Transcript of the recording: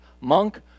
monk